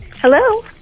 Hello